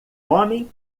homem